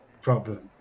problem